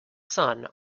sun